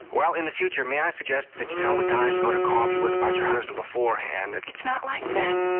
well, in the future, may i suggest that you tell the guys you go to coffee with about your husband beforehand. it's not like that.